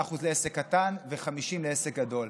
75% לעסק קטן ו-50% לעסק גדול.